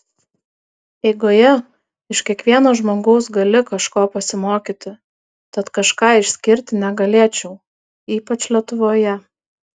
eigoje iš kiekvieno žmogaus gali kažko pasimokyti tad kažką išskirti negalėčiau ypač lietuvoje